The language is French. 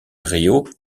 riault